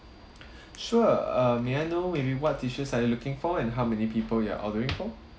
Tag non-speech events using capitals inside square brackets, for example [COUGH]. [BREATH] sure uh may I know maybe what dishes are you looking for and how many people you are ordering for